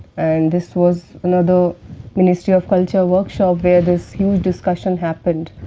and this was another ministry of culture workshop, where this huge discussion happened.